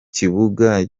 kibuga